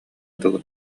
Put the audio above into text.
дылы